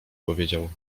powiedział